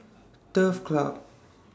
Turf Club